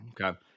Okay